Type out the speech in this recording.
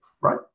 right